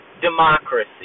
democracy